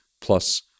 plus